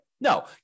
No